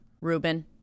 Ruben